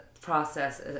process